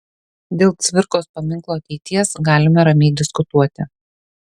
dėl cvirkos paminklo ateities galime ramiai diskutuoti